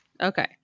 okay